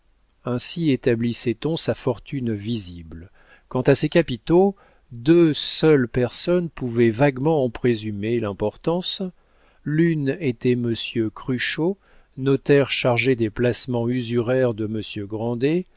ainsi établissait on sa fortune visible quant à ses capitaux deux seules personnes pouvaient vaguement en présumer l'importance l'une était monsieur cruchot notaire chargé des placements usuraires de